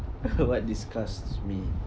what disgusts me